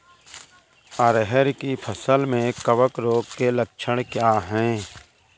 अरहर की फसल में कवक रोग के लक्षण क्या है?